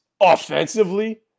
offensively